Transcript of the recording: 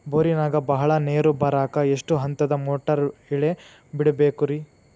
ಬೋರಿನಾಗ ಬಹಳ ನೇರು ಬರಾಕ ಎಷ್ಟು ಹಂತದ ಮೋಟಾರ್ ಇಳೆ ಬಿಡಬೇಕು ರಿ?